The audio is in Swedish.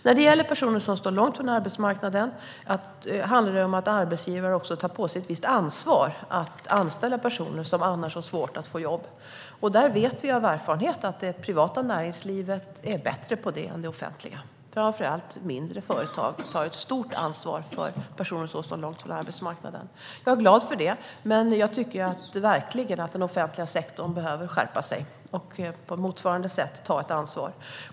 När det gäller personer som står långt från arbetsmarknaden handlar det om att arbetsgivare också tar på sig ett visst ansvar att anställa personer som annars har svårt att få jobb. Vi vet av erfarenhet att det privata näringslivet är bättre på det än det offentliga. Framför allt tar mindre företag ett stort ansvar för personer som står långt från arbetsmarknaden. Jag är glad för det, men jag tycker verkligen att den offentliga sektorn behöver skärpa sig och på motsvarande sätt ta ett ansvar.